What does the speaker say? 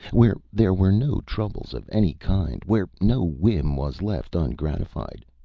where there were no troubles of any kind, where no whim was left ungratified,